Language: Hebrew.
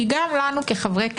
כי גם לנו כחברי כנסת,